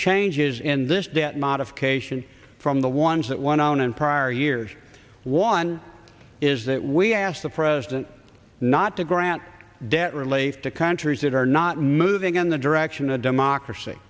changes in this debt modification from the ones that went on in prior years one is that we asked the president not to grant debt relief to countries that are not moving in the direction of democracy